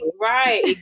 right